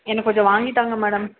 எனக்கு கொஞ்சம் வாங்கித் தாங்க மேடம்